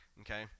okay